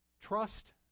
trust